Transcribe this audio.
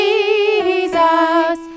Jesus